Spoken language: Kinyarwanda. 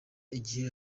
igihe